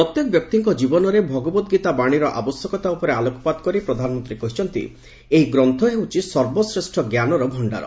ପ୍ରତ୍ୟେକ ବ୍ୟକ୍ତିଙ୍କ ଜୀବନରେ ଭଗବତ ଗୀତା ବାଣୀର ଆବଶ୍ୟକତା ଉପରେ ଆଲୋକପାତ କରି ପ୍ରଧାନମନ୍ତ୍ରୀ କହିଛନ୍ତି ଏହି ଗ୍ରନ୍ଥ ହେଉଛି ସର୍ବଶ୍ରେଷ ଜ୍ଞାନର ଭକ୍ଷାର